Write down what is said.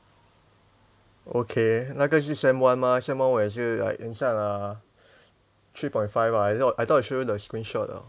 okay 那个是 sem one mah sem one 我也是 like 很像 uh three point five ah I thought I thought I show you the screenshot